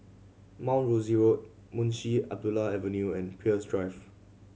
Mount Rosie Road Munshi Abdullah Avenue and Peirce Drive